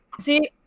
See